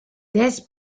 this